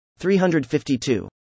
352